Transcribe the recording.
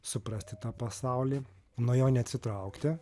suprasti tą pasaulį nuo jo neatsitraukti